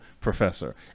professor